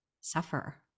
suffer